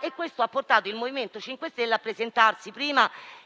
e questo ha portato il MoVimento 5 Stelle a presentarsi